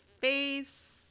face